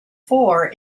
four